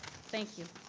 thank you